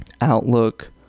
outlook